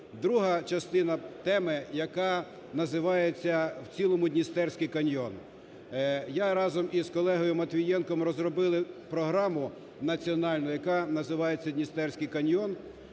Друга частина теми, яка називається в цілому "Дністровський каньйон". Я разом із колегою Матвієнком розробили програму національну, яка називається "Дністровський каньйон".